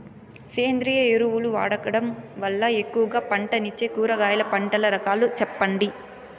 సేంద్రియ ఎరువులు వాడడం వల్ల ఎక్కువగా పంటనిచ్చే కూరగాయల పంటల రకాలు సెప్పండి?